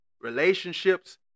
relationships